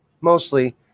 Mostly